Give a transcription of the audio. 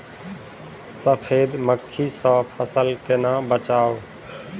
सफेद मक्खी सँ फसल केना बचाऊ?